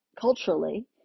culturally